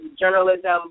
journalism